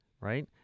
Right